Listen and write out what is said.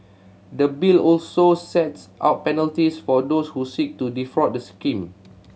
the Bill also sets out penalties for those who seek to defraud the scheme